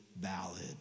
valid